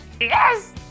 Yes